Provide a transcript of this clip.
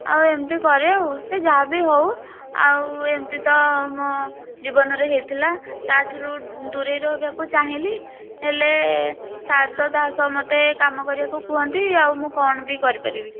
ଆଉ ଏମିତି କରେ ଆଉ ସେ ଯାହା ବି ହେଉ ଆଉ ଏମିତି ତ ମୋ ଜୀବନରେ ହୋଇଥିଲା ତା ଠାରୁ ଦୁରେଇ ରହିବାକୁ ଚାହିଁଲି ହେଲେ ସାର୍ ତ ତା ସହ ମୋତେ କାମ କରିବାକୁ କୁହନ୍ତି ଆଉ ମୁଁ କ'ଣ ବି କରିପାରିବି